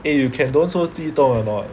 eh you can don't so 激动 or not